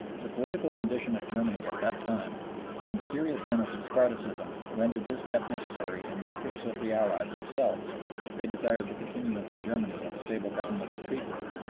the political condition of germany at that time and the serious menace of spartacism rendered this step necessary in the interests of the allies themselves if they desired the continuance in germany of a stable government to treat with.